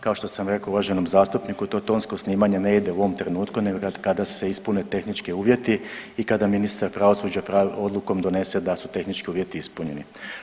Kao što sam rekao uvaženom zastupniku to tonsko snimanje ne ide u ovom trenutku nego kada se ispune tehnički uvjeti i kada ministar pravosuđa odlukom donese da su tehnički uvjeti ispunjeni.